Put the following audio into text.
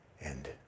end